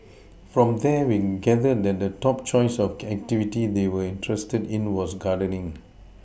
from there we gathered that the top choice of activity they were interested in was gardening